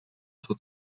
zur